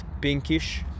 pinkish